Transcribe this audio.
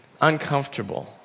uncomfortable